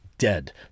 dead